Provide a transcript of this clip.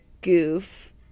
goof